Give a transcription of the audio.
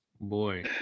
boy